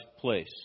place